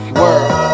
world